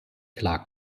klar